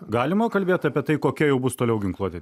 galima kalbėt apie tai kokia jau bus toliau ginkluotė